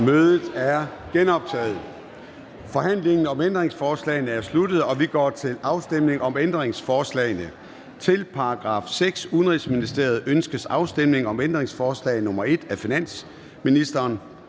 Mødet er genoptaget. Forhandlingen om ændringsforslagene er sluttet, og vi går til afstemning om ændringsforslagene. Til § 6. Udenrigsministeriet. Ønskes afstemning om ændringsforslag nr. 1 af finansministeren?